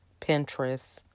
Pinterest